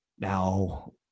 Now